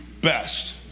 best